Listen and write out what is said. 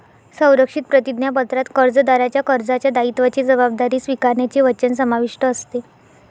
संरक्षित प्रतिज्ञापत्रात कर्जदाराच्या कर्जाच्या दायित्वाची जबाबदारी स्वीकारण्याचे वचन समाविष्ट असते